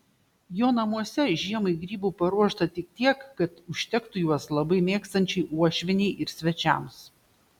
jo namuose žiemai grybų paruošta tik tiek kad užtektų juos labai mėgstančiai uošvienei ir svečiams